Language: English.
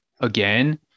Again